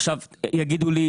עכשיו יגידו לי,